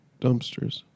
dumpsters